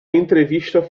entrevista